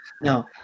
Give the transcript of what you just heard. No